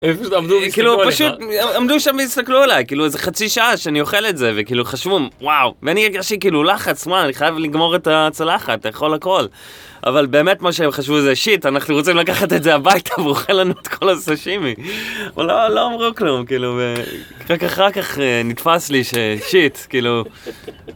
כאילו, פשוט עמדו שם והסתכלו עליי, כאילו, איזה חצי שעה שאני אוכל את זה, וכאילו, חשבו, וואו, ואני הרגשתי, כאילו, לחץ, מה, אני חייב לגמור את הצלחת, לאכול הכל. אבל באמת, מה שהם חשבו זה, שיט, אנחנו רוצים לקחת את זה הביתה, והוא אוכל לנו את כל הסשימי. אבל לא אמרו כלום, כאילו, ו... רק אחר כך נתפס לי ששיט, כאילו...